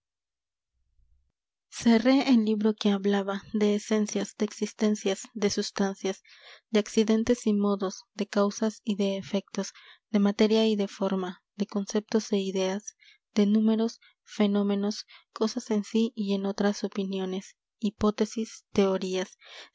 el libro que hablaba de esencias de existencias de sustancias de accidentes y modos de causas y de efectos de materia y de forma de conceptos e ideas de númenos fenómenos cosas en sí y en otras opiniones hipótesis teorías